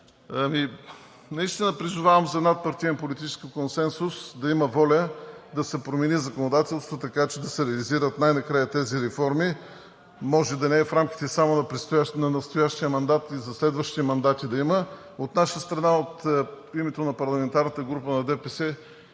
Наистина призовавам за надпартиен политически консенсус и да има воля да се промени законодателството, така че да се реализират най-накрая тези реформи. Може да не е в рамките само на настоящия мандат и за следващия мандат да има. От наша страна от името на парламентарната група на ДПС